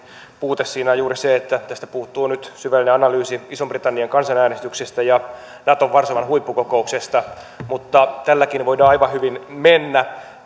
puute siinä on juuri se että tästä puuttuu nyt syvällinen analyysi ison britannian kansanäänestyksestä ja naton varsovan huippukokouksesta mutta tälläkin voidaan aivan hyvin mennä